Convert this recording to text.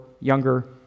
Younger